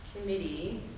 committee